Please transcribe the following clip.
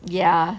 ya